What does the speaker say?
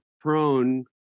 prone